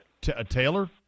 Taylor